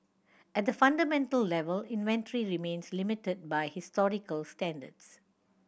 at the fundamental level inventory remains limited by historical standards